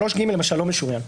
3(ג) למשל לא משוריין.